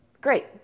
Great